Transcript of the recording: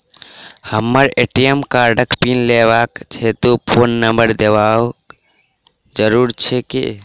हमरा ए.टी.एम कार्डक पिन लेबाक हेतु फोन नम्बर देबाक जरूरी छै की?